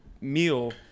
meal